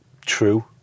true